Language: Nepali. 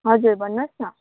हजुर भन्नुहोस् न